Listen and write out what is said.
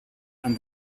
and